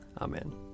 Amen